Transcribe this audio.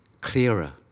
clearer